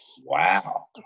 wow